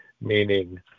meaning